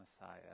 Messiah